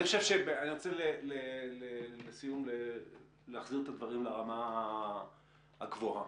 אני רוצה, לסיום, להחזיר את הדברים לרמה הגבוהה.